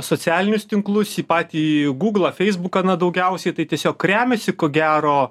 socialinius tinklus į patį gūglą feisbuką na daugiausiai tai tiesiog remiasi ko gero